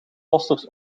posters